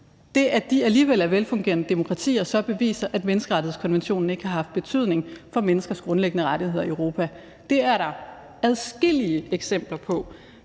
og alligevel er velfungerende demokratier, så beviser, at menneskerettighedskonventionen ikke har haft betydning for menneskers grundlæggende rettigheder i Europa, for det er der adskillige eksempler på